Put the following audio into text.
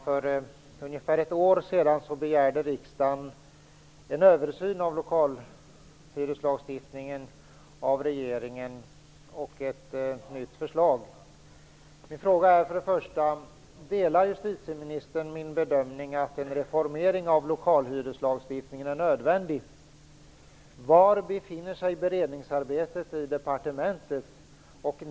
För ungefär ett år sedan begärde riksdagen av regeringen en översyn av lokalhyreslagstiftningen och ett nytt förslag. Mina frågor är: Delar justitieministern min bedömning att en reformering av lokalhyreslagstiftningen är nödvändig? Var befinner sig beredningsarbetet i departementet?